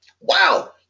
Wow